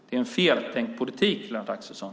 Det är en feltänkt politik, Lennart Axelsson.